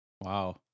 Wow